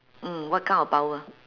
mm what kind of power